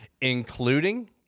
including